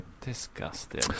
Disgusting